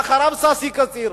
ואחריו ששי קציר,